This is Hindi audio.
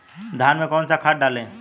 धान में कौन सा खाद डालें?